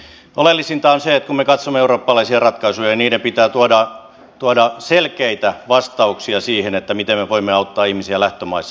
oleellisinta on se kun me katsomme eurooppalaisia ratkaisuja että niiden pitää tuoda selkeitä vastauksia siihen miten me voimme auttaa ihmisiä lähtömaissa